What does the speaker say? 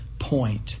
point